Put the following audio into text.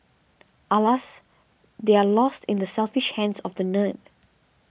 Alas they're lost in the selfish hands of the nerd